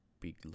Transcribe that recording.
big